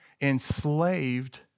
enslaved